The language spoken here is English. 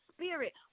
spirit